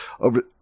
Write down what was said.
over